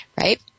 right